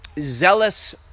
zealous